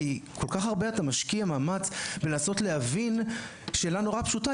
כי כל כך הרבה אתה משקיע מאמץ בלנסות להבין שאלה נורא פשוטה,